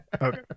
okay